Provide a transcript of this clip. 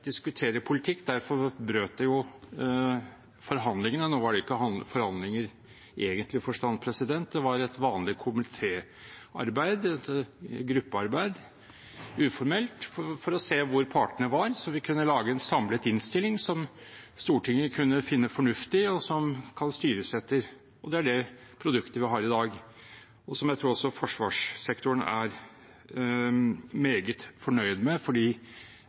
diskutere politikk, derfor brøt de forhandlingene. Nå var det ikke forhandlinger i egentlig forstand. Det var et vanlig komitéarbeid, uformelt gruppearbeid, for å se hvor partene var, så vi kunne lage en samlet innstilling som Stortinget kunne finne fornuftig, og som det kan styres etter. Det er det produktet vi har i dag, som jeg tror også forsvarssektoren er meget fornøyd med,